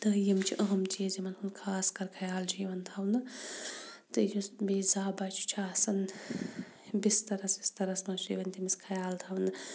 تہٕ یِم چھِ اَہم چیٖز یِمَن ہُنٛد خاص کَر خَیال چھُ یِوان تھاونہٕ تہٕ یُس بیٚیہِ زا بَچہِ چھُ آسان بِستَرَس وِستَرَس مَنٛز چھُ یِوان تٔمس خَیال تھاونہٕ